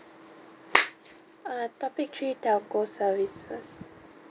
uh topic three telco services